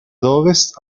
ovest